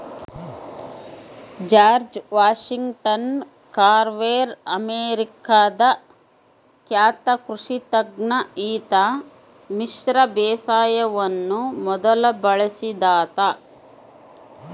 George Washington Carver ಅಮೇರಿಕಾದ ಖ್ಯಾತ ಕೃಷಿ ತಜ್ಞ ಈತ ಮಿಶ್ರ ಬೇಸಾಯವನ್ನು ಮೊದಲು ಬಳಸಿದಾತ